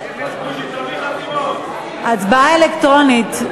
הצבעה אלקטרונית.